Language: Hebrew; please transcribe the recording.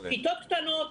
כיתות קטנות,